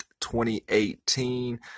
2018